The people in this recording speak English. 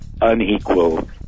unequal